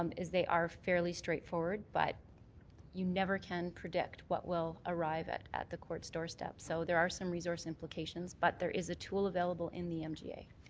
um is they are fairly straightforward, but you never can predict what will arrive at at the court's doorstep. so there are some resource implications but there is a tool available in the mga.